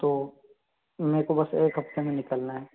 तो मेरे को हफ़्ते में निकलना है